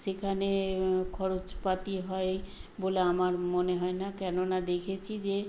সেখানে খরচাপাতি হয় বলে আমার মনে হয় না কেন না দেখেছি যে